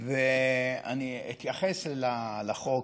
אני אתייחס לחוק,